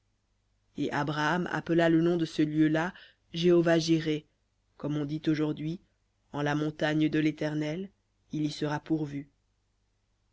et abraham appela le nom de ce lieu-là jéhovah jiré comme on dit aujourd'hui en la montagne de l'éternel il y sera pourvu